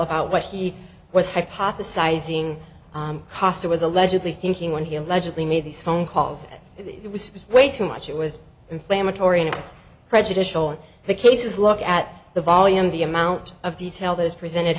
about what he was hypothesizing koster was allegedly thinking when he allegedly made these phone calls it was way too much it was inflammatory and it was prejudicial in the cases look at the volume the amount of detail that is presented